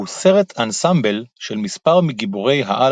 הוא סרט אנסמבל של מספר מגיבורי-העל